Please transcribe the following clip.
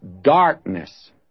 darkness